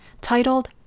titled